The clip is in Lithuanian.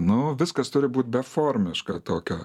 nu viskas turi būt beformiška tokio